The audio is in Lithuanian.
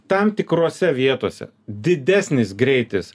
tam tikrose vietose didesnis greitis